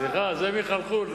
סליחה, זה מחלחול.